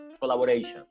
collaboration